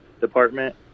department